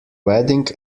wedding